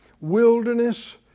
wilderness